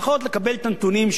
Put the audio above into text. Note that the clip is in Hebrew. לפחות לקבל את הנתונים,